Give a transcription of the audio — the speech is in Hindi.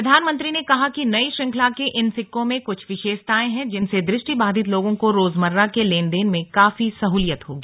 प्रधानमंत्री ने कहा कि नई श्रृंखला के इन सिक्कों में कुछ विशेषताएं हैं जिनसे दृष्टिबाधित लोगों को रोजमर्रा के लेनदेन में काफी सहूलियत होगी